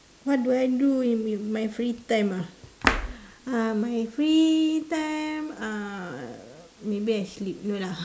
what do I do in me my free time ah uh my free time maybe I sleep no lah